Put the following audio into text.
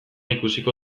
ikusiko